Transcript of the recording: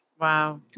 Wow